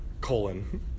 colon